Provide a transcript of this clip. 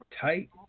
tight